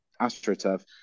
astroturf